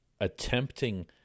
Attempting